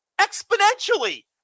exponentially